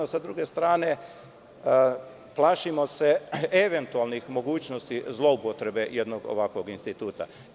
Sa druge strane, plašimo se eventualnih mogućnosti zloupotrebe jednog ovakvog instituta.